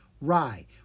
Rye